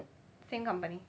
same company